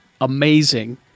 amazing